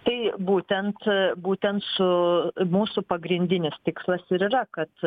tai būtent būtent su mūsų pagrindinis tikslas ir yra kad